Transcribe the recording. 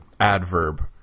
adverb